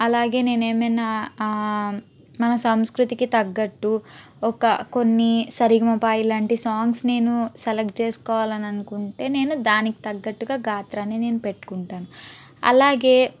అలాగే నేను ఏమైనా మన సంస్కృతికి తగ్గట్టు ఒక కొన్ని సరిగమప ఇలాంటి సాంగ్స్ నేను సెలెక్ట్ చేసుకోవాలి అని అనుకుంటే నేను దానికి తగ్గట్టుగా మాత్రమే గాత్రాన్ని నేను పెట్టుకుంటాను అలాగే